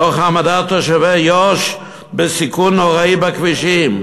תוך העמדת תושבי יו"ש בסיכון נוראי בכבישים,